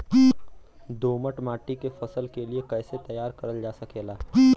दोमट माटी के फसल के लिए कैसे तैयार करल जा सकेला?